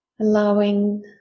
allowing